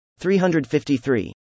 353